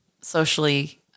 socially